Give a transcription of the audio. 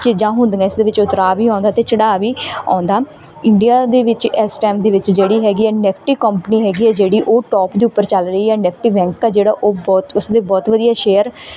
ਚੀਜ਼ਾਂ ਹੁੰਦੀਆਂ ਇਸ ਦੇ ਵਿੱਚ ਉਤਰਾਅ ਵੀ ਆਉਂਦਾ ਅਤੇ ਚੜ੍ਹਾਅ ਵੀ ਆਉਂਦਾ ਇੰਡੀਆ ਦੇ ਵਿੱਚ ਇਸ ਟੈਮ ਦੇ ਵਿੱਚ ਜਿਹੜੀ ਹੈਗੀ ਆ ਨੈਫਟੀ ਕੋਪਨੀ ਹੈਗੀ ਹੈ ਜਿਹੜੀ ਉਹ ਟੋਪ ਦੇ ਉੱਪਰ ਚੱਲ ਰਹੀ ਹੈ ਨੈਫਟੀ ਬੈਂਕ ਆ ਜਿਹੜਾ ਉਹ ਬਹੁਤ ਉਸਦੇ ਬਹੁਤ ਵਧੀਆ ਸ਼ੇਅਰ